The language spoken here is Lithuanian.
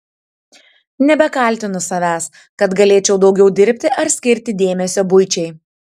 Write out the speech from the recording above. nebekaltinu savęs kad galėčiau daugiau dirbti ar skirti dėmesio buičiai